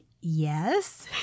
yes